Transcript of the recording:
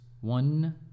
One